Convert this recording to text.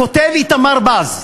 כותב איתמר ב"ז,